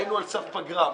היינו על סף פגרה.